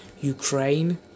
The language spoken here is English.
Ukraine